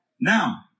Now